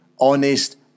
honest